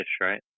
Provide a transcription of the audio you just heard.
right